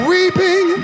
Weeping